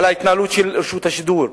על ההתנהלות של רשות השידור.